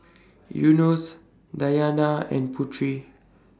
Yunos Dayana and Putri